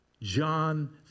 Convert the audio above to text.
John